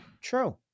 true